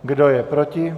Kdo je proti?